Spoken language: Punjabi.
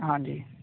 ਹਾਂਜੀ